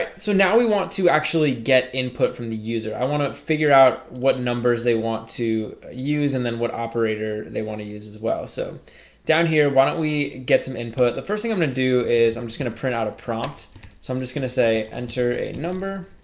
so now we want to actually get input from the user i want to figure out what numbers they want to use and then what operator they want to use as well so down here. why don't we get some input? the first thing i'm going to do is i'm just gonna print out a prompt so i'm just gonna say enter a number